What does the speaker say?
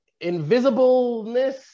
invisibleness